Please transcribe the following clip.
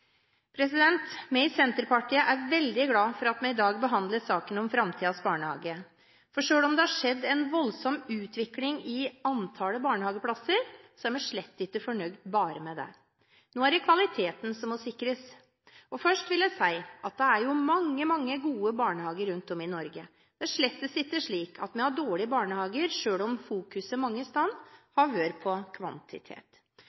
Vi i Senterpartiet er veldig glad for at vi i dag behandler saken om framtidens barnehage, for selv om det har skjedd en voldsom utvikling i antallet barnehageplasser, er vi slett ikke fornøyd bare med det. Nå er det kvaliteten som må sikres. Først vil jeg si at det er mange, mange gode barnehager rundt om i Norge. Det er slett ikke slik at vi har dårlige barnehager, selv om det mange